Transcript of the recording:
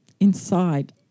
...inside